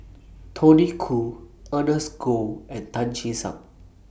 Tony Khoo Ernest Goh and Tan Che Sang